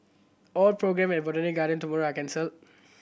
all programme at Botanic Garden tomorrow are cancelled